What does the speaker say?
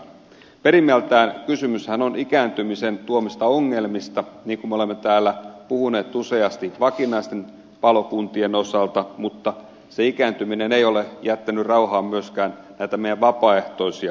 perimmältään kysymyshän on ikääntymisen tuomista ongelmista niin kuin olemme täällä useasti puhuneet vakinaisten palokuntien osalta mutta se ikääntyminen ei ole jättänyt rauhaan myöskään näitä meidän vapaaehtoisia palokuntia